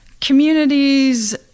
communities